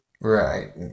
Right